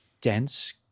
dense